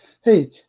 Hey